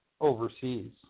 Overseas